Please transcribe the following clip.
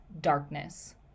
darkness